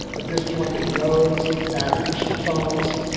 a disjointed nose, battered cheekbones.